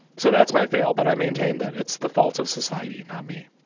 so that's my fail. but i maintain that it's the fault of society, not me